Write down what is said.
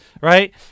Right